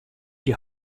die